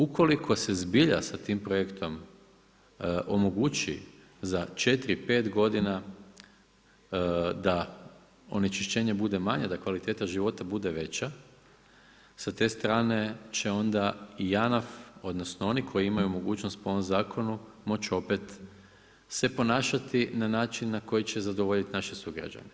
Ukoliko se zbilja sa tim projektom omogući za 4, 5 godina da onečišćenje bude manje, da kvaliteta života bude veća, sa te strane će ona i JANAF, odnosno oni koji imaju mogućnost po ovom zakonu, moći opet se ponašati na način na koji će zadovoljiti naše sugrađane.